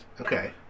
okay